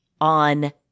on